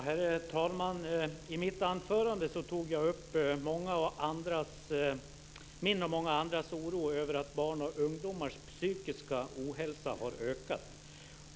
Herr talman! I mitt anförande tog jag upp min och många andras oro över att barns och ungdomars psykiska ohälsa har ökat.